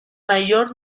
mayor